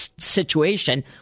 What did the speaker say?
situation